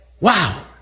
Wow